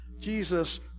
Jesus